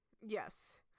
Yes